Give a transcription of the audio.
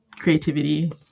creativity